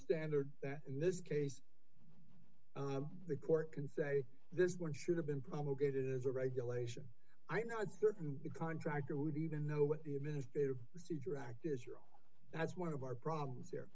standard that in this case the court can say this one should have been promulgated as a regulation i'm not certain the contractor would even know what the administrative procedure act is you're that's one of our problems here